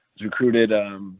recruited